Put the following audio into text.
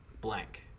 Blank